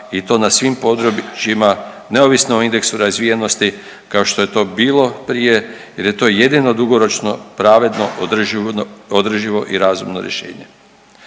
i to na svim područjima neovisno o indeksu razvijenosti kao što je to bilo prije jer je to jedino dugoročno, pravedno, održivo i razumno rješenje.